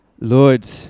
Lord